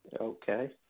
Okay